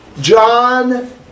John